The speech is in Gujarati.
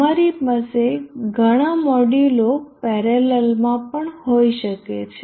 તમારી પાસે ઘણા મોડ્યુલો પેરેલલમાં પણ હોઈ શકે છે